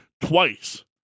twice